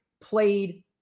played